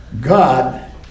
God